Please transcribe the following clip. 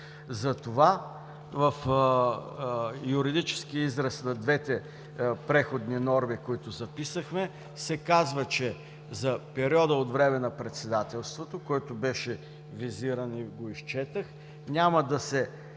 За това в юридическия израз на двете преходни норми, които записахме, се казва, че за периода от време на председателството, който беше визиран и го изчетох, няма да се прилагат